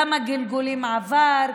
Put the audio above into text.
כמה גלגולים עבר,